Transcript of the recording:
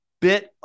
bit